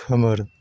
खोमोर